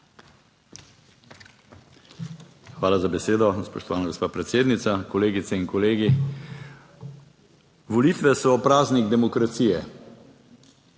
Hvala za besedo, spoštovana gospa predsednica. Kolegice in kolegi. Volitve so praznik demokracije